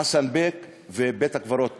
חסן בק ובית-הקברות טאסו,